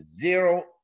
zero